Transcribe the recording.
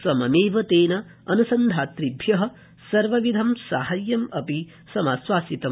सममेव तेन अन्सन्धातभ्य सर्वविधं साहाय्यम् अपि समाश्वासितम्